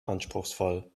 anspruchsvoll